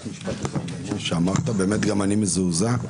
גם אני מזועזע.